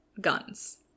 guns